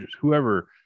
whoever